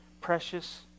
precious